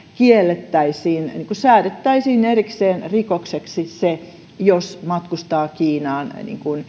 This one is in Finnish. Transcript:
kiellettäisiin ja säädettäisiin erikseen rikokseksi se jos matkustaa kiinaan